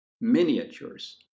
miniatures